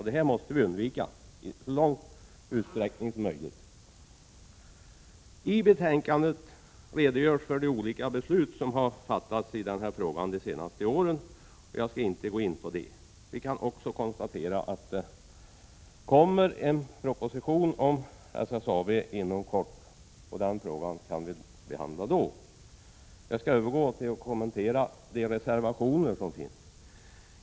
Det måste vi undvika, i så stor utsträckning som möjligt. I betänkandet redogörs för olika beslut som har fattats i denna fråga de senaste åren — jag skall inte gå in på dem. Vi kan också konstatera att det inom kort kommer en proposition om SSAB; den frågan kan vi diskutera då. Jag skall övergå till att kommentera reservationerna.